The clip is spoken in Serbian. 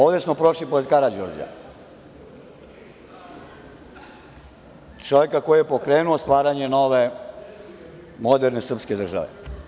Ovde smo prošli pored Karađorđa, čoveka koji je pokrenu stvaranje nove moderne srpske države.